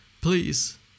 Please